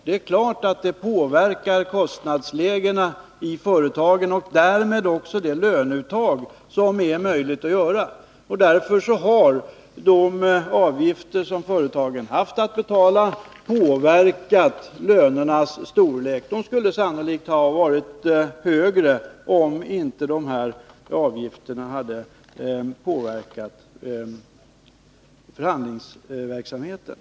Det är klart att sådana avgifter påverkar kostnadslägena i företagen och därmed också avgör hur stort löneuttaget blir. Därför har de avgifter som Nr 153 företagen haft att betala påverkat lönernas storlek. Lönerna skulle sannolikt Måndagen den ha varit högre om inte de här avgifterna hade påverkat förhandlingsverk 4 juni 1981 samheten.